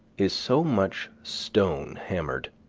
is so much stone hammered?